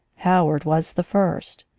howard was the first.